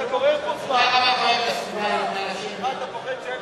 אתה גורר פה זמן, נא לשבת.